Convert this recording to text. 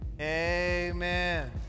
Amen